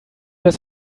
das